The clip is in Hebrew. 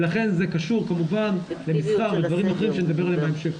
ולכן זה קשור כמובן במסחר ודברים אחרים שנדבר עליהם בהמשך.